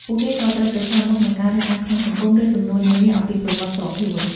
ពួកគេក៏ត្រូវប្រឈមមុខនឹងការរើសអើងក្នុងសង្គម ឬសំណួរនានាអំពីប្រវត្តិផ្ទាល់ខ្លួន។